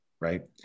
right